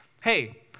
Hey